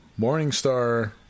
Morningstar